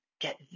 get